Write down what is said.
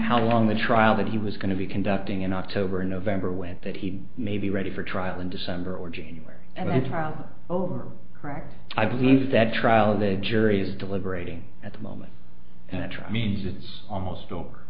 how long the trial that he was going to be conducting in october november when that he may be ready for trial in december or january and then trial oh right i believe that trial the jury is deliberating at the moment and try means it's almost over